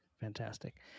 Fantastic